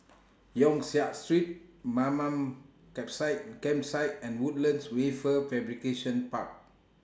Yong Siak Street Mamam Campsite Campsite and Woodlands Wafer Fabrication Park